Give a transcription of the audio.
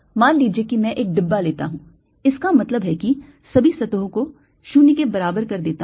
मान लीजिए कि मैं एक डिब्बा लेता हूं इसका मतलब है कि सभी सतहों को 0 के बराबर कर देता हूं